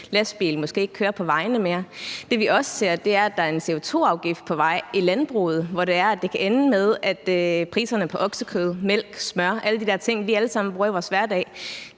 lastbil måske ikke mere kører på vejene, og det, som vi også ser, er, at der er en CO2-afgift på vej i landbruget, hvor det kan ende med, at priserne på oksekød, mælk, smør, altså alle de der ting, vi alle sammen bruger i vores hverdag,